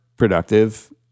Productive